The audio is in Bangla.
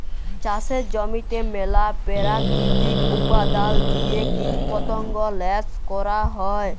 চাষের জমিতে ম্যালা পেরাকিতিক উপাদাল দিঁয়ে কীটপতঙ্গ ল্যাশ ক্যরা হ্যয়